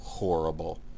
horrible